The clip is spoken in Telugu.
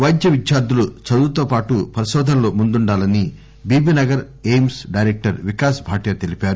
వైద్య విద్యార్దులు చదువుతో పాటు పరికోధనలో ముందుండాలని బీబీనగర్ ఎయిమ్స్ డెరెక్టర్ వికాస్ భాటియా తెలిపారు